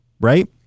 Right